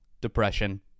Depression